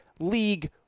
league